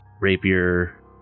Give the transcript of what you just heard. Rapier